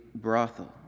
brothel